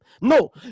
No